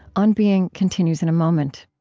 on being continues in a moment